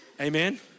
Amen